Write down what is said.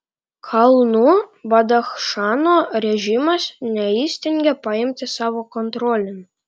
kalnų badachšano režimas neįstengia paimti savo kontrolėn